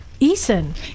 Eason